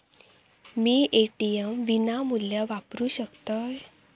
मी ATM विनामूल्य वापरू शकतय?